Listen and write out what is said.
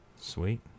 sweet